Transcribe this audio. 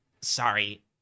Sorry